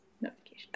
notification